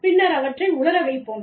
பின்னர் அவற்றை உலர வைப்போம்